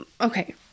okay